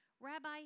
Rabbi